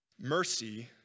Mercy